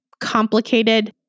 complicated